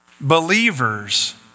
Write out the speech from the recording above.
Believers